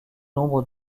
nombre